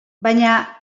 baina